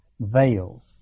veils